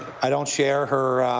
i don't share her